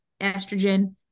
estrogen